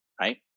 Right